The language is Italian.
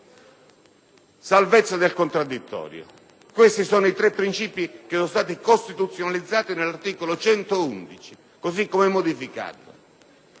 garanzia del contraddittorio. Questi sono i tre princìpi costituzionalizzati nell'articolo 111, così come modificato.